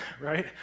right